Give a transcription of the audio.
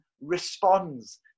responds